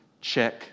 Check